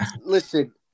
Listen